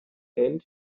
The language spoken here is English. and